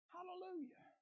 Hallelujah